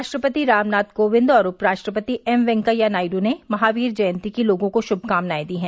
राष्ट्रपति रामनाथ कोविंद और उपराष्ट्रपति एम वैंकेया नायड् ने महावीर जयंती की लोगों को शुभकामनाएं दी हैं